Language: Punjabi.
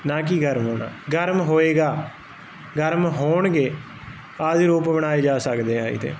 ਨਾ ਕੀ ਗਰਮ ਹੋਣਾ ਗਰਮ ਹੋਏਗਾ ਗਰਮ ਹੋਣਗੇ ਆਦਿ ਰੂਪ ਬਣਾਏ ਜਾ ਸਕਦੇ ਆ ਇਹਦੇ